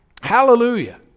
Hallelujah